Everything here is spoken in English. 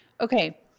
Okay